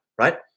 right